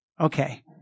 Okay